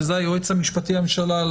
שזה היועץ המשפטי לממשלה,